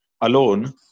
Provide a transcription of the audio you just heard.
alone